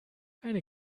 eine